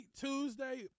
Tuesday